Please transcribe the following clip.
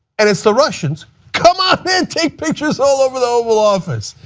and it's the russians? come on in, take pictures all over the oval office.